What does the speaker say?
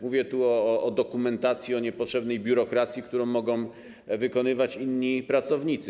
Mówię o dokumentacji, o niepotrzebnej biurokracji, którą mogą się zająć inni pracownicy.